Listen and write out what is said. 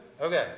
Okay